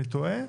אני טועה?